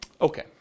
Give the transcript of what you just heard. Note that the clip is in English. Okay